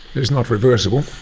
is not reversible.